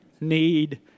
need